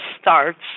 starts